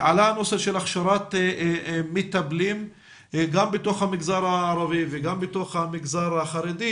עלה הנושא של הכשרת מטפלים גם בתוך המגזר הערבי וגם בתוך המגזר החרדי